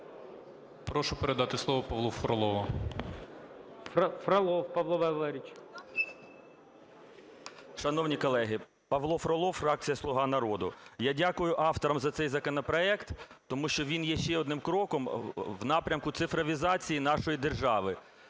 Прошу передати слово Павлу Фролову. ГОЛОВУЮЧИЙ. Фролов Павло Валерійович. 13:49:27 ФРОЛОВ П.В. Шановні колеги, Павло Фролов, фракція "Слуга народу". Я дякую авторам за цей законопроект, тому що він є ще одним кроком в напрямку цифровізації нашої держави